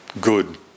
good